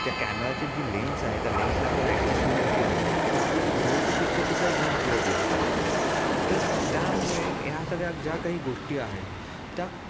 त्या कॅमेराची जी लेन्स आहे त्या लेन्सला आपण ॲडजस्टमेन्ट केली तर आपल्याला दूरचं चित्रसुद्धा एकदम क्लिअर दिसतं तर त्यामुळे ह्या सगळ्या ज्या काही गोष्टी आहेत त्या